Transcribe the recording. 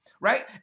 right